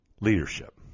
leadership